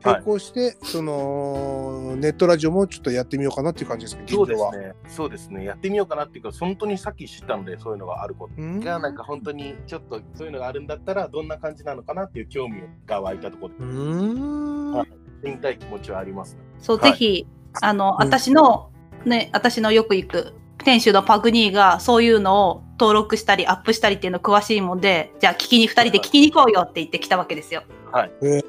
はい。投稿して、そのー、ネットラジオもちょっとやってみようかなっていう感じですか、現状は。そうですね。そうですね。やってみようかなっていうか、本当にさっき知ったんで、そういうのがあること。うん。がなんか本当にちょっとそういうのがあるんだったら、どんな感じなのかなっていう興味が湧いたところで。うん。はい。見たい気持ちはあります。そう、はい。ぜひ、あの、私の、うーん。ね、私のよく行く店主のパグニーがそういうのを登録したりアップしたりっていうの詳しいもんで、じゃあ聞きに、二人で聞きに行こうよって言ってきたわけですよ。はい。はい。へー。